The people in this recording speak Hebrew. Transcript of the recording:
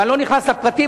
ואני לא נכנס לפרטים,